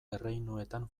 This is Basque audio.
erreinuetan